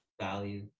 value